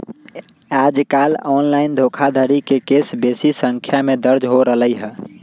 याजकाल ऑनलाइन धोखाधड़ी के केस बेशी संख्या में दर्ज हो रहल हइ